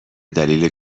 دلیل